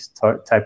type